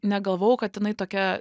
negalvojau kad jinai tokia